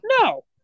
No